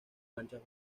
manchas